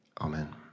Amen